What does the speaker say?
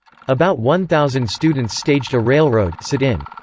about one thousand students staged a railroad sit-in.